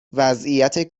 وضعیت